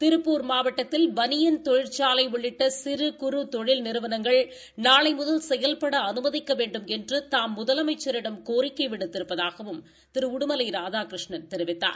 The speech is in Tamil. திருப்பூர் மாவட்டத்தில் பனியன் தொழிற்சலை உள்ளிட்ட சிறு குறு தொழில் நிறுவனங்கள் நாளை முதல் செயல்பட அனுமதிக்க வேண்டுமென்று தாம் முதலமைச்சிடம் கோரிக்கை விடுத்திருப்பதாகவும் திரு உடுலை ராதாகிருஷ்ணன் தெரிவித்தார்